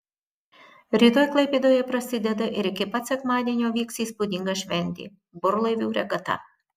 rytoj klaipėdoje prasideda ir iki pat sekmadienio vyks įspūdinga šventė burlaivių regata